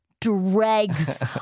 dregs